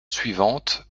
suivante